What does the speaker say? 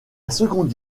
seconde